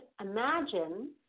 imagine